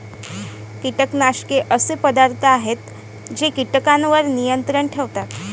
कीटकनाशके असे पदार्थ आहेत जे कीटकांवर नियंत्रण ठेवतात